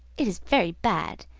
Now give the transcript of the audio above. it is very bad!